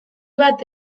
bat